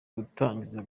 gutangiza